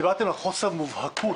דיברתם על חוסר מובהקוּת.